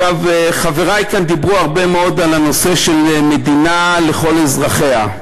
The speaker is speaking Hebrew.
חברי דיברו הרבה מאוד על הנושא של מדינה לכל אזרחיה.